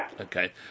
Okay